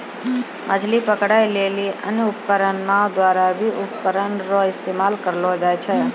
मछली पकड़ै लेली अन्य उपकरण नांव द्वारा भी उपकरण रो इस्तेमाल करलो जाय छै